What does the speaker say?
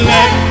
Let